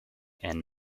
and